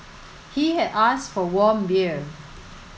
he had asked for warm beer